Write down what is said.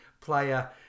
player